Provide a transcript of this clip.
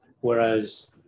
whereas